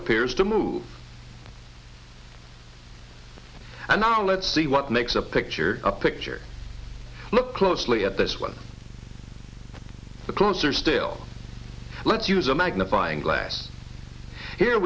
appears to move and now let's see what makes a picture a picture look closely at this one the closer still let's use a magnifying glass here